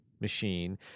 machine